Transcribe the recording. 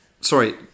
Sorry